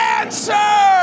answer